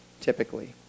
typically